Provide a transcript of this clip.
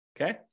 Okay